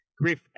Griff